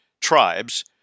tribes